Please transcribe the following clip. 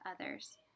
others